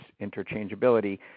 interchangeability